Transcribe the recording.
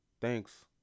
Thanks